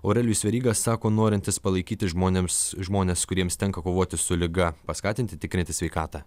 aurelijus veryga sako norintis palaikyti žmonėms žmones kuriems tenka kovoti su liga paskatinti tikrintis sveikatą